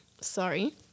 Sorry